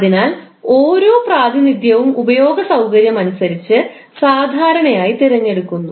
അതിനാൽ ഓരോ പ്രാതിനിധ്യവും ഉപയോഗ സൌകര്യമനുസരിച്ച് സാധാരണയായി തിരഞ്ഞെടുക്കുന്നു